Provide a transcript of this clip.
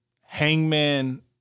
Hangman